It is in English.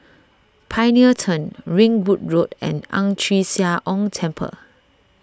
Pioneer Turn Ringwood Road and Ang Chee Sia Ong Temple